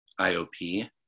IOP